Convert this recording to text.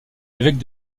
évêque